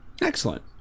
excellent